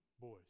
boys